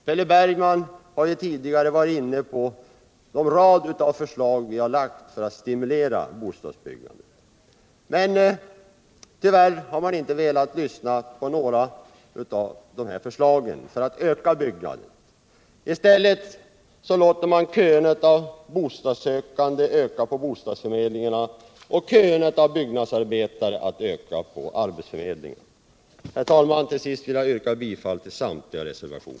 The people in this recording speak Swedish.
Per Bergman har tidigare varit inne på den rad av förslag som vi har lagt fram. Tyvärr har man inte velat lyssna på oss. I stället låter man köerna av bostadssökande öka på bostadsförmedlingarna och köerna av byggnadsarbetare öka på arbetsförmedlingarna. Herr talman! Jag yrkar bifall till samtliga reservationer.